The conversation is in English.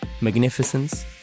Magnificence